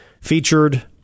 featured